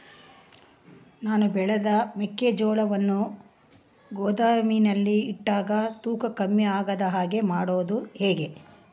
ನಾನು ಬೆಳೆದ ಮೆಕ್ಕಿಜೋಳವನ್ನು ಗೋದಾಮಿನಲ್ಲಿ ಇಟ್ಟಾಗ ತೂಕ ಕಮ್ಮಿ ಆಗದ ಹಾಗೆ ಮಾಡೋದು ಹೇಗೆ?